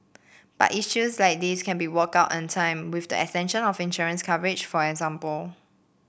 but issues like these can be worked out in time with the extension of insurance coverage for example